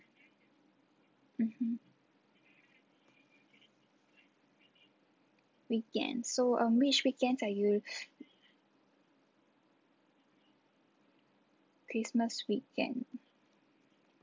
mmhmm weekend so um which weekends are you christmas weekend